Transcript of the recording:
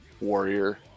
Warrior